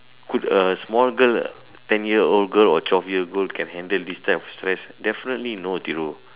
could a small girl ten year old girl or twelve year old girl can handle this type of stress definitely no Thiru